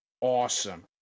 Awesome